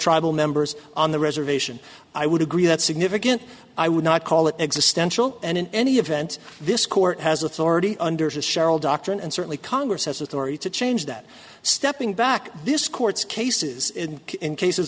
tribal members on the reservation i would agree that significant i would not call it existential and in any event this court has authority under to cheryl doctrine and certainly congress has authority to change that stepping back this court's cases in cases